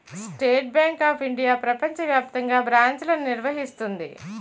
state Bank of India ప్రపంచ వ్యాప్తంగా బ్రాంచ్లను నిర్వహిస్తుంది